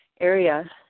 area